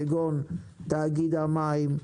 כגון תאגיד המים,